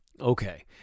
okay